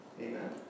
Amen